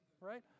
right